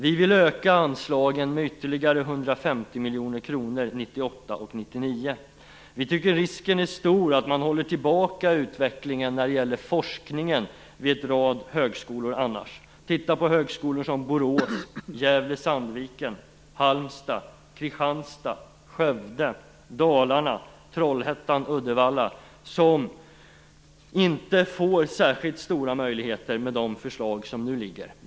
Vi vill öka anslagen med ytterligare 150 miljoner kronor för 1998 och 1999. Vi tycker att risken annars är stor att man håller tillbaka utvecklingen när det gäller forskningen vid en rad högskolor. Högskolor som Borås, Gävle Uddevalla får inte särskilt stora möjligheter med de förslag som nu ligger.